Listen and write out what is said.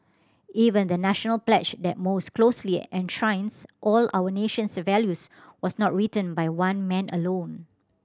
even the National pledge that most closely enshrines all our nation's values was not written by one man alone